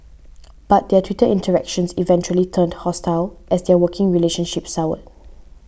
but their Twitter interactions eventually turned hostile as their working relationship soured